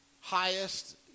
highest